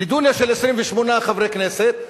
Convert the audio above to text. נדוניה של 28 חברי כנסת,